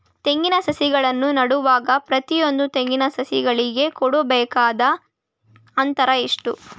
ತೆಂಗಿನ ಸಸಿಗಳನ್ನು ನೆಡುವಾಗ ಪ್ರತಿಯೊಂದು ತೆಂಗಿನ ಸಸಿಗಳಿಗೆ ಕೊಡಬೇಕಾದ ಅಂತರ ಎಷ್ಟು?